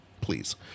Please